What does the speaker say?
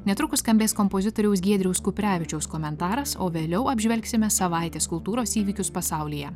netrukus skambės kompozitoriaus giedriaus kuprevičiaus komentaras o vėliau apžvelgsime savaitės kultūros įvykius pasaulyje